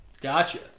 Gotcha